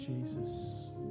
Jesus